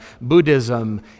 Buddhism